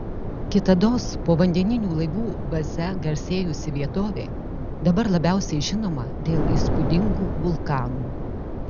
kitados povandeninių laivų baze garsėjusi vietovė dabar labiausiai žinoma dėl įspūdingų vulkanų